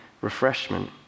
refreshment